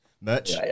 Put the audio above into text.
Merch